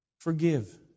Forgive